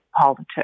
politics